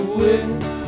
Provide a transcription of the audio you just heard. wish